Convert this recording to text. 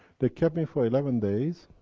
they kept me for eleven days,